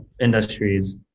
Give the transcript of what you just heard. industries